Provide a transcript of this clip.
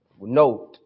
note